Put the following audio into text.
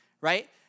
right